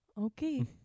Okay